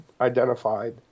identified